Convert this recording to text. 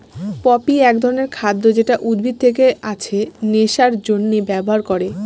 poppy এক ধরনের খাদ্য যেটা উদ্ভিদ থেকে আছে নেশার জন্যে ব্যবহার করে